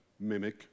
mimic